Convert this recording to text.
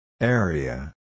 Area